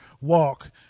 walk